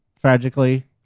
tragically